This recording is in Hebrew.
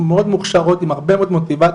מאוד מוכשרות עם הרבה מאוד מוטיבציה,